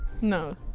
No